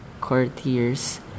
courtiers